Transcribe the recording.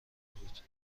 بود